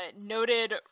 noted